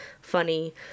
funny